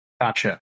Gotcha